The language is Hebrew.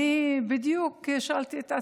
אני בדיוק שאלתי את עצמי,